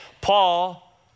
Paul